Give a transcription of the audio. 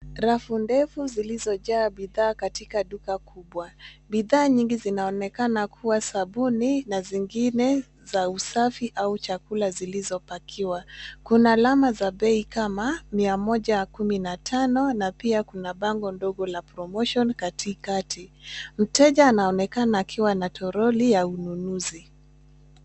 Rafu ndefu, zilizojaa bidhaa katika duka kubwa, bidhaa nyingi zinaonekana kuwa sabuni, na zingine za usafi, au chakula, zilizopakiwa, kuna alama za bei kama, mia moja na kumi na tano, na pia kuna bango ndogo la promotion , katikati, mteja anaonekana akiwa na troli, ya ununuzi.